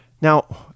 Now